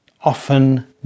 often